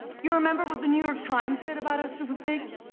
you remember what the new york times said about our super pigs?